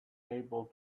able